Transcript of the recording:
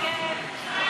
סעיפים 1 2